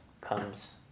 comes